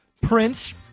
Prince